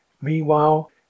Meanwhile